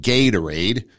Gatorade